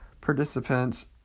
participants